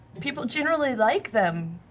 people generally like them.